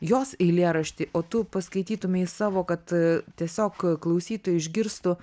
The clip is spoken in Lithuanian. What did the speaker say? jos eilėraštį o tu paskaitytumei savo kad tiesiog klausytojai išgirstų